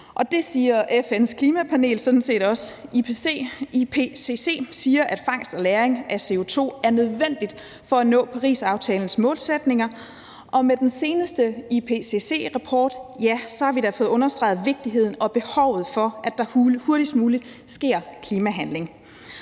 Det siger FN's Klimapanel sådan set også. IPCC siger, at fangst og lagring af CO2 er nødvendigt for at nå Parisaftalens målsætninger, og med den seneste IPCC-rapport har vi da fået understreget vigtigheden af og behovet for, at der hurtigst muligt sker klimahandling.